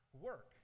work